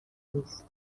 نیست